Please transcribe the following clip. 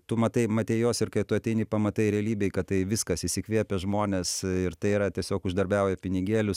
tu matai matei juos ir kai tu ateini pamatai realybėj kad tai viskas išsikvėpę žmonės ir tai yra tiesiog uždarbiauja pinigėlius